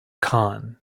khan